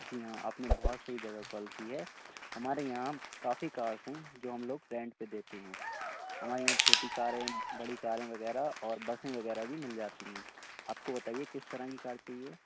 جی ہاں آپ نے بہت صحیح جگہ کال کی ہے ہمارے یہاں کافی کارس ہیں جو ہم لوگ رینٹ پہ دیتے ہیں ہمارے یہاں چھوٹی کاریں بڑی کاریں وغیرہ اور بسیں وغیرہ بھی مِل جاتی ہیں آپ کو بتائیے کس طرح کی کار چاہیے